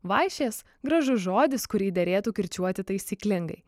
vaišės gražus žodis kurį derėtų kirčiuoti taisyklingai